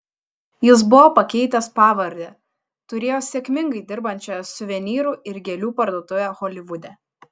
jis buvo pakeitęs pavardę turėjo sėkmingai dirbančią suvenyrų ir gėlių parduotuvę holivude